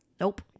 Nope